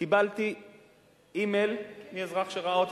קיבלתי אימייל מאזרח שראה אותי.